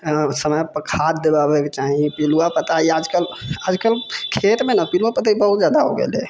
समय पे खाद दिबाबै चाही पिलुआ पता आजकल खेत मे न पिलुआ पताइ बहुत जादा हो गेल है